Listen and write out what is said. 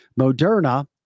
Moderna